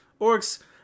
Orcs